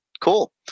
Cool